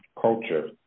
culture